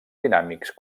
dinàmics